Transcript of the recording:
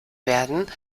werden